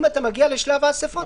למעט עיקול בשל מזונות, כן.